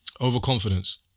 Overconfidence